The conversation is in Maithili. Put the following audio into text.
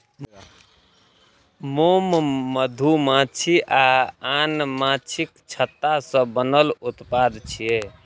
मोम मधुमाछी आ आन माछीक छत्ता सं बनल उत्पाद छियै